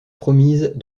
promise